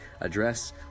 address